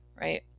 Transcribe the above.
right